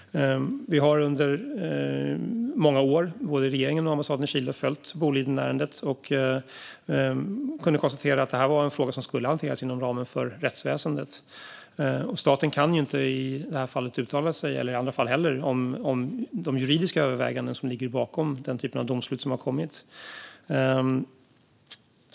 Både regeringen och ambassaden i Chile har under många år följt Bolidenärendet, och vi har kunnat konstatera att den här frågan skulle ha hanterats inom ramen för rättsväsendet. Staten kan inte uttala sig i det här fallet - inte i andra fall heller - om de juridiska överväganden som ligger bakom de domslut som har kommit.